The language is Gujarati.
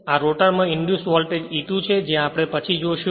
આ રોટર માં ઇંડ્યુસ વોલ્ટેજ E2 છે જે આપણે પછી જોશું